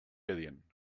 adient